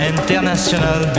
International